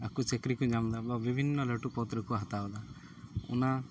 ᱟᱠᱚ ᱪᱟᱹᱠᱨᱤ ᱠᱚ ᱧᱟᱢᱮᱫᱟ ᱵᱟ ᱵᱤᱵᱷᱤᱱᱱᱚ ᱞᱟᱹᱴᱩ ᱯᱚᱫ ᱨᱮᱠᱚ ᱦᱟᱛᱟᱣ ᱮᱫᱟ ᱚᱱᱟ